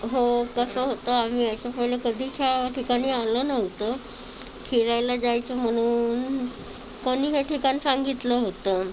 हो कसं होतं आम्ही याच्या पहिले कधीच या ठिकाणी आलो नव्हतो फिरायला जायचं म्हणून कोणी हे ठिकाण सांगितलं होतं